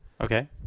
okay